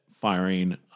firing